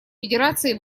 федерацией